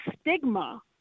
stigma